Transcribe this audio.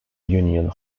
union